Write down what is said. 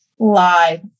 live